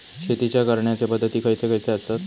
शेतीच्या करण्याचे पध्दती खैचे खैचे आसत?